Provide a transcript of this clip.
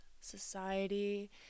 society